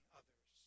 others